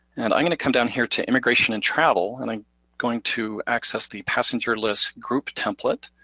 and i'm gonna come down here to immigration and travel, and i'm going to access the passenger list group template,